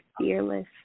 fearless